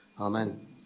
Amen